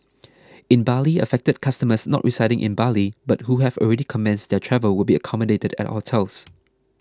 in Bali affected customers not residing in Bali but who have already commenced their travel will be accommodated at hotels